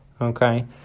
okay